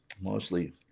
mostly